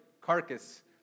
carcass